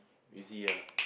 you see ya